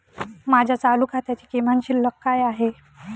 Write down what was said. माझ्या चालू खात्याची किमान शिल्लक काय आहे?